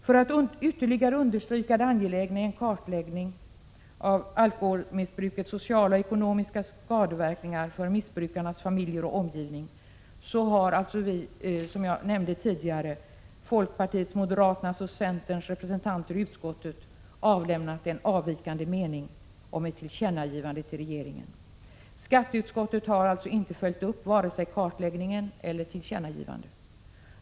För att ytterligare understryka det angelägna i en kartläggning av alkoholmissbrukets sociala och ekonomiska skadeverkningar för missbrukarnas familjer och omgivning så har, som jag nämnde vi — som är folkpartiets, moderaternas och centerns representanter i utskottet — avlämnat en avvikande mening om ett tillkännagivande till regeringen. Skatteutskottet har inte följt upp vare sig den kartläggning som jag talade om eller tillkännagivandet.